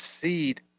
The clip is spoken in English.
seed